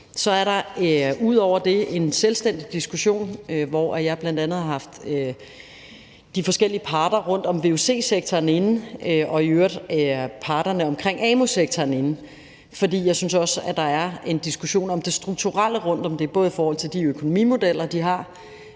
Så er der ud over det en selvstændig diskussion, hvor jeg bl.a. har mødtes med de forskellige parter fra vuc-sektoren og i øvrigt parterne fra amu-sektoren. For jeg synes også, at der er en diskussion om det strukturelle rum – både i forhold til de økonomimodeller, de har,